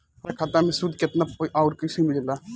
हमार खाता मे सूद केतना आउर कैसे मिलेला?